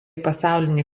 pasaulinį